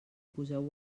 poseu